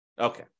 Okay